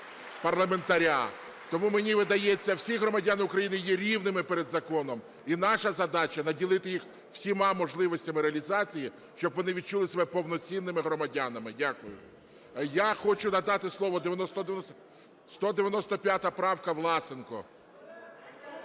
Тому, мені видається, всі громадяни України є рівними перед законом. І наша задача - наділити їх всіма можливостями реалізації, щоб вони відчули себе повноцінними громадянами. Дякую. Я хочу надати слово, 195 правка, Власенко.